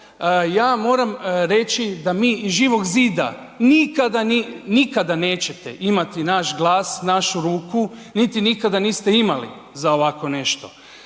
Ja moram reći da mi iz Živog zida nikada, nikada neće imati naš glas, našu ruku, niti nikada niste imali za ovako nešto.